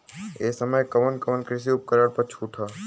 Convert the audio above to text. ए समय कवन कवन कृषि उपकरण पर छूट ह?